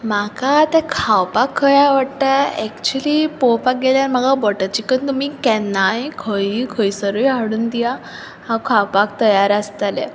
म्हाका आतां खावपाक खंय आवडटां एकच्यूली पोवपाक गेल्यार म्हाका बटर चिकन तुमी केन्नाय खंयूय खंयसंरुय हाडून दियात हांव खावपाक तयार आसतलें